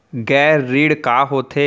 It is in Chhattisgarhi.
गैर ऋण का होथे?